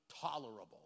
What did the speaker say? tolerable